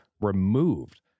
removed